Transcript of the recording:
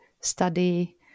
study